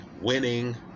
winning